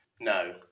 No